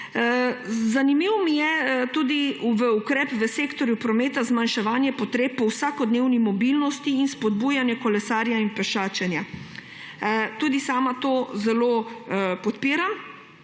Zanimiv mi je tudi ukrep v sektorju prometa zmanjševanje potreb po vsakodnevni mobilnosti in spodbujanje kolesarjenja in pešačenja. Tudi sama to zelo podpiram.